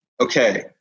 okay